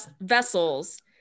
vessels